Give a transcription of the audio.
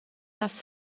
dass